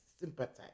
sympathize